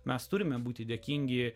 mes turime būti dėkingi